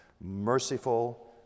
merciful